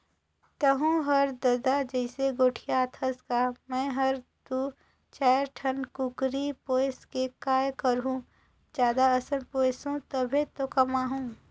तहूँ हर ददा जइसे गोठियाथस गा मैं हर दू चायर ठन कुकरी पोयस के काय करहूँ जादा असन पोयसहूं तभे तो कमाहूं